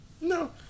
No